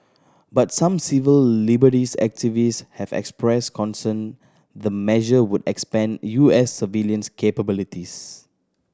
but some civil liberties activist have expressed concern the measure would expand U S surveillance capabilities